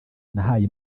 nahaye